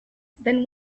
than